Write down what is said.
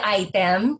item